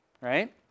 Right